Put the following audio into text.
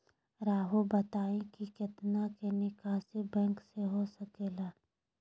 रहुआ बताइं कि कितना के निकासी बैंक से हो सके ला?